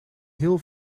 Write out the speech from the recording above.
heel